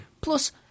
Plus